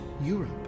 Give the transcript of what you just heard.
Europe